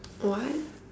what